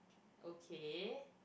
okay